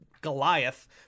Goliath